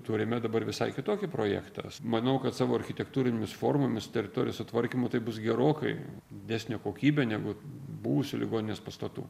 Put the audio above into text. turime dabar visai kitokį projektą manau kad savo architektūrinėmis formomis teritorijos sutvarkymu tai bus gerokai didesnė kokybė negu buvusių ligoninės pastatų